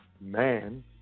man